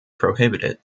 prohibited